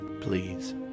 please